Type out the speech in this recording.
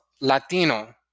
Latino